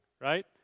right